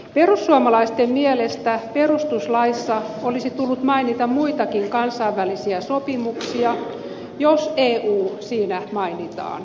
perussuomalaisten mielestä perustuslaissa olisi tullut mainita muitakin kansainvälisiä sopimuksia jos eu siinä mainitaan